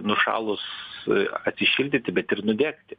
nušalus atšildyti bet ir nudegti